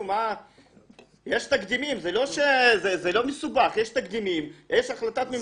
זה לא מסובך, יש תקדימים, יש החלטת ממשלה.